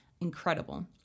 Incredible